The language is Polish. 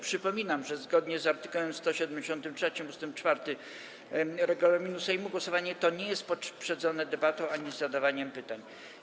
Przypominam, że zgodnie z art. 173 ust. 4 regulaminu Sejmu głosowanie to nie jest poprzedzone debatą ani zadawaniem pytań.